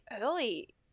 early